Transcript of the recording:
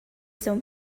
são